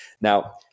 Now